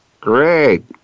Great